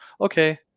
okay